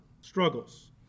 struggles